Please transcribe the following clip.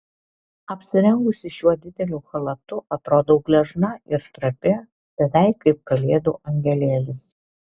apsirengusi šiuo dideliu chalatu atrodau gležna ir trapi beveik kaip kalėdų angelėlis